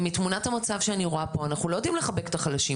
ומתמונת המצב שאני רואה פה אנחנו לא יודעים לחבק את החלשים,